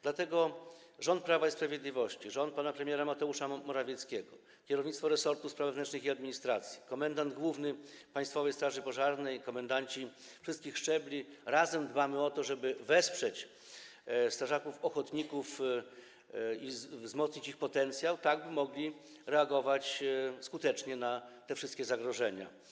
Dlatego rząd Prawa i Sprawiedliwości, rząd pana premiera Mateusza Morawieckiego, kierownictwo resortu spraw wewnętrznych i administracji, komendant główny Państwowej Straży Pożarnej, komendanci wszystkich szczebli - razem dbamy o to, żeby wesprzeć strażaków ochotników i wzmocnić ich potencjał, tak by mogli skutecznie reagować na wszystkie zagrożenia.